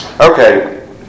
Okay